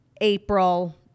April